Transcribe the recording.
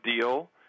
deal